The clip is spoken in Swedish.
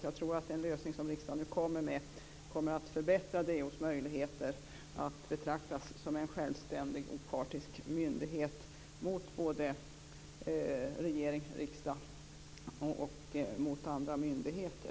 Jag tror att den lösning som riksdagen nu kommer med kommer att förbättra DO:s möjligheter att betraktas som en självständig, opartisk myndighet gentemot såväl regering och riksdag som olika myndigheter.